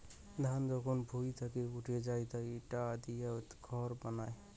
ধান যখন ভুঁই থাকি উঠি যাই ইটা দিয়ে খড় বানায়